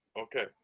Okay